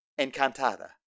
Encantada